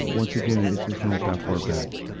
once again, it's, it's not that far back.